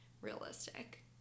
realistic